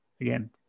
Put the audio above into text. again